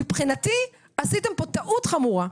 מבחינתי עשיתם פה טעות חמורה.